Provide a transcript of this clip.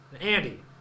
Andy